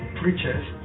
preachers